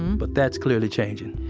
but that's clearly changing